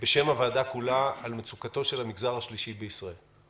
בשם הוועדה כולה על מצוקתו של המגזר השלישי בישראל.